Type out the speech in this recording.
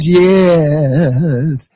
yes